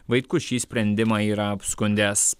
vaitkus šį sprendimą yra apskundęs